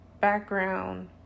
background